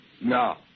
No